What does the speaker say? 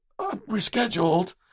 rescheduled